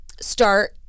start